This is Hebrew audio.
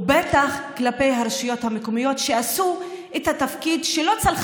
ובטח כלפי הרשויות המקומיות שעשו את התפקיד שלא צלח